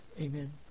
Amen